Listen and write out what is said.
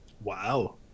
wow